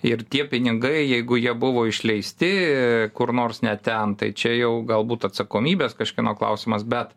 ir tie pinigai jeigu jie buvo išleisti kur nors ne ten tai čia jau galbūt atsakomybės kažkieno klausimas be